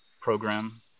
program